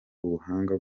ubuhanga